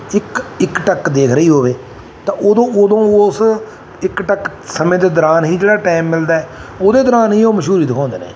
ਇੱਕ ਇੱਕ ਟੱਕ ਦੇਖ ਰਹੀ ਹੋਵੇ ਤਾਂ ਉਦੋਂ ਉਦੋਂ ਉਸ ਇੱਕ ਟੱਕ ਸਮੇਂ ਦੇ ਦੌਰਾਨ ਹੀ ਜਿਹੜਾ ਟਾਈਮ ਮਿਲਦਾ ਉਹਦੇ ਦੌਰਾਨ ਹੀ ਉਹ ਮਸ਼ਹੂਰੀ ਦਿਖਾਉਂਦੇ ਨੇ